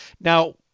Now